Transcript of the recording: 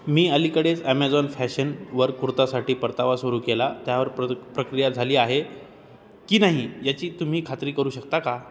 मी अलीकडेच ॲमेझॉन फॅशनवर कुर्तासाठी परतावा सुरू केला त्यावर प्र प्रक्रिया झाली आहे की नाही याची तुम्ही खात्री करू शकता का